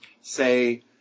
say